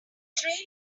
train